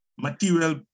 material